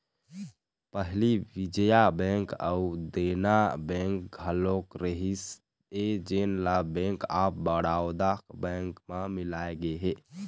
पहली विजया बेंक अउ देना बेंक घलोक रहिस हे जेन ल बेंक ऑफ बड़ौदा बेंक म मिलाय गे हे